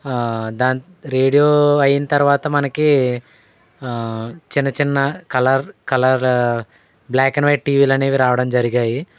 దాన్ radio అయిన తర్వాత మనకి చిన్న చిన్న colour colour black and white టీవీలు అనేవి రావడం జరిగాయి